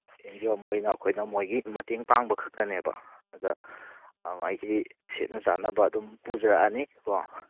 and G O ꯑꯃ ꯑꯣꯏꯅ ꯑꯩꯈꯣꯏꯅ ꯃꯣꯏꯒꯤ ꯃꯇꯦꯡ ꯄꯥꯡꯕ ꯈꯛꯇꯅꯦꯕ ꯑꯗ ꯑꯥ ꯍꯥꯏꯗꯤ ꯁꯦꯠꯅ ꯆꯥꯅꯕ ꯑꯗꯨꯝ ꯄꯨꯖꯔꯛꯑꯅꯤꯀꯣ